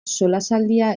solasaldia